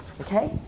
Okay